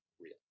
real